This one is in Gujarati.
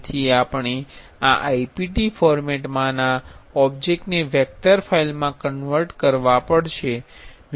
તેથી આપણે આ IPT ફોર્મેટ માંના ઓબ્જેક્ટને વેક્ટર ફાઇલમાં કન્વર્ટ કરવા પડશે